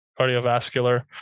cardiovascular